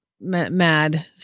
mad